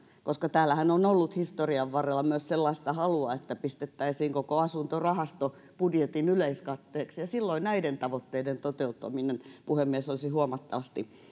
täällähän on ollut historian varrella myös sellaista halua että pistettäisiin koko asuntorahasto budjetin yleiskatteeksi ja silloin näiden tavoitteiden toteutuminen puhemies olisi huomattavasti